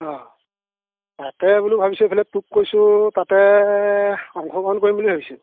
অ তাতে বোলো ভাবিছোঁ এইফালে তোক কৈছোঁ তাতে অংশগ্ৰহণ কৰিম বুলি ভাবিছোঁ